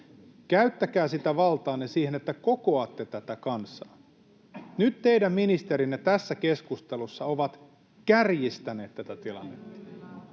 Käyttäkää sitä valtaanne siihen, että kokoatte tätä kansaa. Nyt teidän ministerinne tässä keskustelussa ovat kärjistäneet tätä tilannetta.